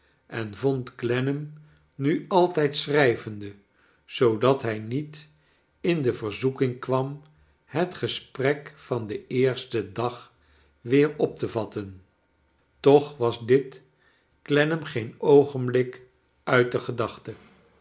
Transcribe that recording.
en vond clennam nu altijd schrijvende zoodat hij niet in de verzoeking kwam het gesprek van den eersten dag weer op te vatten toch was dit clennam geen oogenblik uit de gedachte